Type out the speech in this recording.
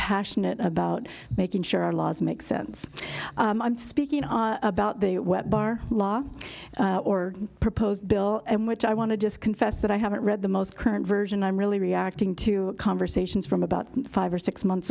passionate about making sure our laws make sense i'm speaking about the wet bar law or proposed bill and which i want to just confess that i haven't read the most current version i'm really reacting to conversations from about five or six months